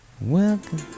Welcome